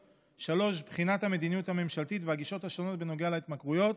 3. בחינת המדיניות הממשלתית והגישות השונות בנוגע להתמכרויות,